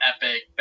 epic